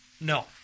No